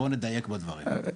בוא נדייק בדברים.